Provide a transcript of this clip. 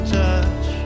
touch